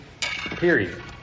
period